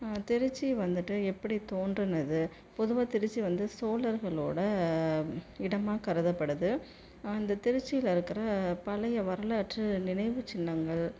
திருச்சி வந்துவிட்டு எப்படி தோன்றுனது பொதுவாக திருச்சி வந்து சோழர்களோட இடமாக கருதப்படுது அந்த திருச்சியில் இருக்கிற பழைய வரலாற்று நினைவுச் சின்னங்கள்